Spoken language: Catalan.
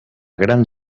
gran